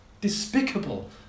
despicable